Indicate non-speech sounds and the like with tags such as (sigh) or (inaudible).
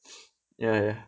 (breath) ya